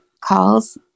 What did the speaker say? calls